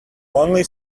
only